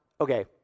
okay